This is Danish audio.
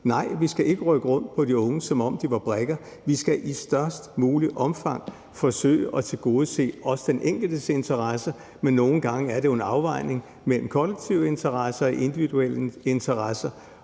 Nej, vi skal ikke rykke rundt på de unge, som om de var brikker. Vi skal i størst muligt omfang forsøge at tilgodese også den enkeltes interesser, men nogle gange er det jo en afvejning mellem kollektive interesser og individuelle interesser.